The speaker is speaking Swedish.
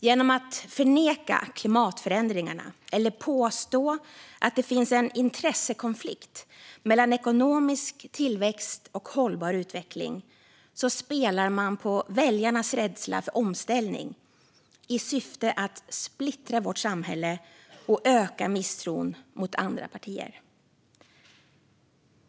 Genom att förneka klimatförändringarna eller påstå att det finns en intressekonflikt mellan ekonomisk tillväxt och hållbar utveckling spelar man på väljarnas rädsla för omställning i syfte att splittra vårt samhälle och öka misstron mot andra partier.